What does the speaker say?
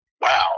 wow